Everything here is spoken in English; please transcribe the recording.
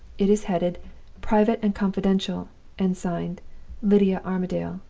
it is headed private and confidential and signed lydia armadale